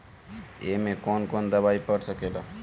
ए में कौन कौन दवाई पढ़ सके ला?